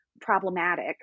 problematic